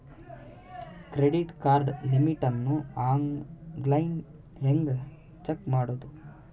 Credit card limit ಅನ್ನು online ಹೆಂಗ್ check ಮಾಡೋದು?